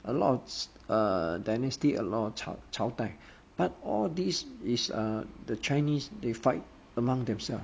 a lots err dynasty a lot of 朝朝代 but all this is uh the chinese they fight among themself